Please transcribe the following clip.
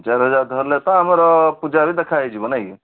ଚାରି ହଜାର ଧରିଲେ ତ ଆମର ପୂଜାରେ ଦେଖା ହୋଇଯିବ ନାଇଁ କି